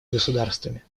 государствами